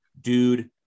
dude